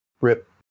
rip